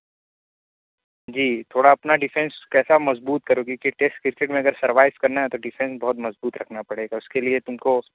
جی تھوڑا اپنا ڈیفینس کیسا مضبوط کرو کیونکہ ٹیسٹ کرکٹ میں اگر سروائیو کرنا ہے تو ڈیفینس بہت مضبوط رکھنا پڑے گا اس کے لیے تم کو